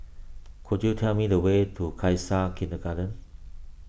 could you tell me the way to Khalsa Kindergarten